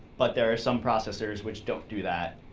but there's some processors which don't do that,